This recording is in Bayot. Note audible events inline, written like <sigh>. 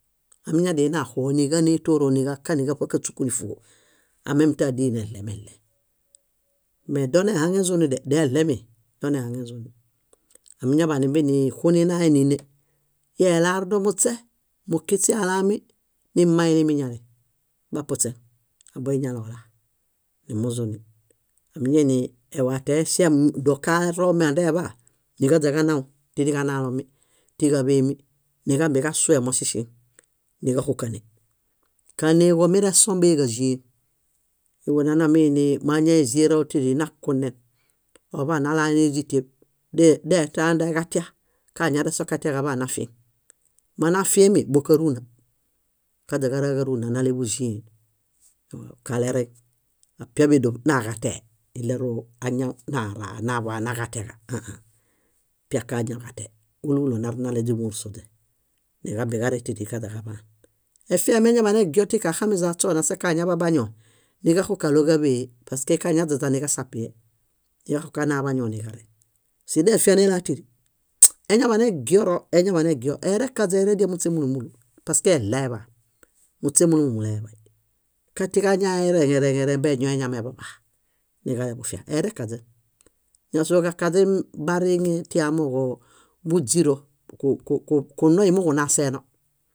Amiñadianina oxuho níġane tóoro, kániġaṗakaśuku nífoo amemtã díi nelemele. Mee donehaŋezuni de, deeɭemi, donehaŋezuni. Amiñaḃa níxunimbie ninahe níne. Íi elarudo muśe, mukiśi alaami, nimma ilimiñali, bapuśen, aa boiñalola nimuzuni. Ámiñane ewateeŝeŋ doo karomi endeḃaa, niġaźaġanaw, tíri ġanalomi, tíġaḃemi, níġambe ġasuhe moŝeŝeŋ, níġaxukene. Káneġo miresombehe ġáĵien. Kuġunana miini máñaeĵieralo tíri nakunen, oḃa nalae níźitieb, detã dae ġatia, kañarẽ sokatia kaḃa nifieŋ. Monafiemi bóo káruna kaźaġara ġáruna náleḃuĵiẽhe. Kalereŋ, apiaḃedoṗ naġatee, ileru añaw nara naḃa naġateġa ãã, piaka añaġate, úlu úlu narinale źimorsoźe níġambie ġarẽ tíri ġaźaġaḃaan. Efiahe eñaḃanegio tika axamiza ośona sa kañaḃa bañion, niġaxukaɭo káḃehe paske kañaźaźa niġasapie, niġaxukana bañon niġareŋ. Sidefia nela tíri. Sśi eñaḃanegioro eñaḃanegio, eerekaźe, eeredia muśe múlu múlu paske eɭeeḃa, muśe múlu múlu muleeḃay. Kaa tiġañareŋereŋereŋ bee ñoo eñameḃaḃa niġaleḃufia eerekaźen. Ñásoo kakaźen bariŋe ti amooġo búźiro, <hesitation> kunoi muġuna seeno.